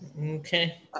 Okay